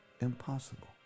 Impossible